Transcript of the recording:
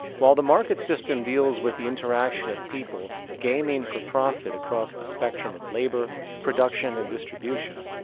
while the market system deals with the interaction of people gaming for profit across the spectrum of labor, production and distribution,